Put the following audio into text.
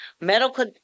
Medical